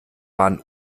waren